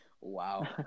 Wow